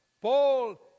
Paul